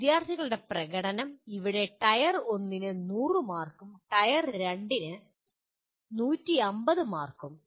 വിദ്യാർത്ഥികളുടെ പ്രകടനം ഇവിടെ ടയർ 1 ൽ 100 മാർക്കും ടയർ 2 ൽ 150 മാർക്കും